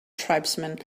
tribesmen